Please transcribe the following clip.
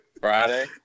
Friday